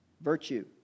virtue